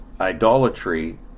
idolatry